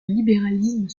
libéralisme